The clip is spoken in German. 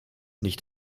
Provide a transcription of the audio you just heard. nicht